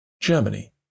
Germany